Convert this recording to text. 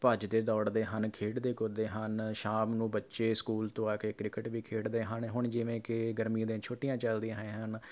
ਭੱਜਦੇ ਦੌੜਦੇ ਹਨ ਖੇਡਦੇ ਕੁੱਦਦੇ ਹਨ ਸ਼ਾਮ ਨੂੰ ਬੱਚੇ ਸਕੂਲ ਤੋਂ ਆ ਕੇ ਕ੍ਰਿਕਟ ਵੀ ਖੇਡਦੇ ਹਨ ਹੁਣ ਜਿਵੇਂ ਕਿ ਗਰਮੀ ਦੀਆਂ ਛੁੱਟੀਆਂ ਚੱਲਦੀਆਂ ਹੈ ਹਨ